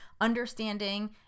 understanding